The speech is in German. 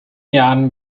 jahren